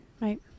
Right